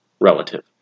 relative